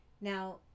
Now